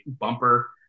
bumper